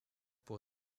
pour